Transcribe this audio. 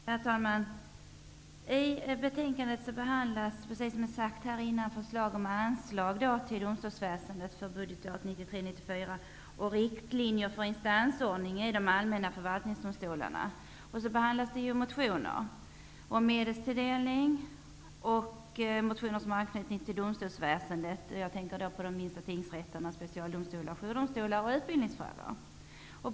Herr talman! I detta betänkande behandlas som sagt regeringens förslag om anslag till domstolsväsendet för budgetåret 1993/94 och riktlinjer för instansordningen i de allmänna förvaltningsdomstolarna. Dessutom behandlas ett antal motioner som gäller medelstilldelning och motioner som har anknytning till domstolsväsendet, såsom frågan om de minsta tingsrätterna, specialdomstolar, jourdomstolar och utbildningsfrågor.